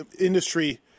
industry